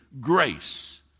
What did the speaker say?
grace